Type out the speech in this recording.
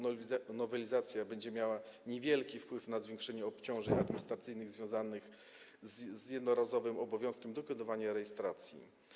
Nowelizacja będzie miała niewielki wpływ na zwiększenie obciążeń administracyjnych związanych z jednorazowym obowiązkiem dokonywania rejestracji.